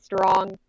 strong